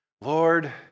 lord